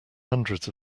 hundreds